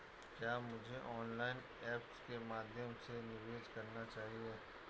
क्या मुझे online apps के माध्यम से निवेश करना चाहिए?